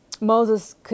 Moses